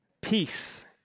Peace